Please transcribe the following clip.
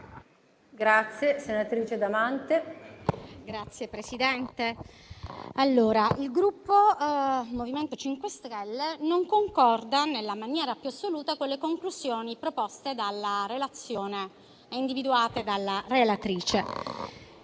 *(M5S)*. Signora Presidente, il Gruppo MoVimento 5 Stelle non concorda nella maniera più assoluta con le conclusioni proposte dalla relazione, individuate dalla relatrice.